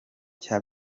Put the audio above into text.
cya